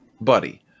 buddy